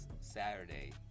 Saturday